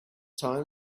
time